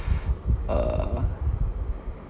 err